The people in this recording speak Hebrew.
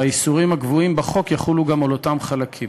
והאיסורים הקבועים בחוק יחולו גם על אותם חלקים.